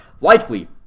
Likely